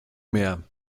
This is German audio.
mehr